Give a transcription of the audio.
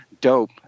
dope